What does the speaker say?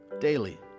daily